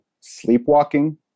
sleepwalking